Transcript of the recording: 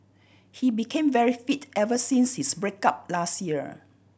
he became very fit ever since his break up last year